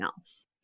else